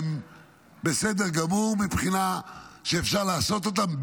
והן בסדר גמור מבחינה זאת שאפשר לעשות אותן,